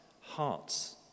hearts